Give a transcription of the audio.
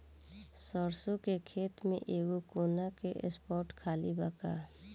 सरसों के खेत में एगो कोना के स्पॉट खाली बा का?